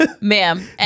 ma'am